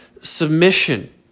submission